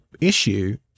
issue